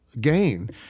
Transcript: gain